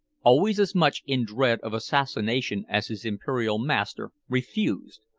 always as much in dread of assassination as his imperial master, refused.